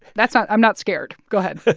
that's not i'm not scared. go ahead